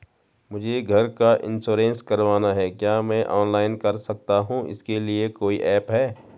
मुझे घर का इन्श्योरेंस करवाना है क्या मैं ऑनलाइन कर सकता हूँ इसके लिए कोई ऐप है?